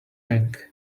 ring